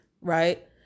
right